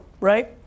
right